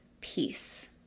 peace